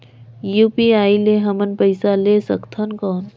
UPI ले हमन पइसा ले सकथन कौन?